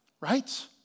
Right